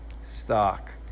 stock